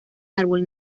árbol